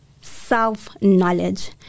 self-knowledge